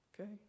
Okay